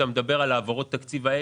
כשאתה מדבר על העברות התקציב האלה,